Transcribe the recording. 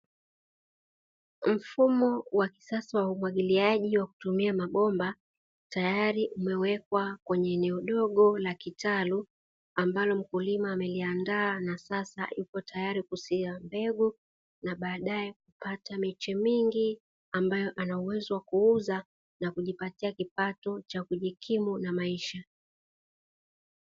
Mfumo wa kisasa wa umwagiliaji wa kutumia mabomba tayari umewekwa kwenye eneo dogo la kitalu, ambalo mkulima ameliandaa na sasa yupo tayari kusia mbegu, na badae kupata miche mingi ambayo ana uwezo wa kuuza, na kujipatia kipato cha kujikimu na maisha.